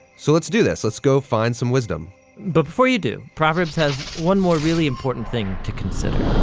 so, let's do this. let's go find some wisdom. but before you do, proverbs has one more really important thing to consider.